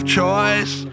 choice